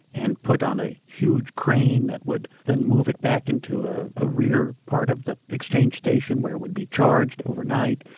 and put on a huge crane that would then move it back into ah a rear part of the exchange station where it would be charged overnight.